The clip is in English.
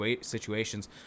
situations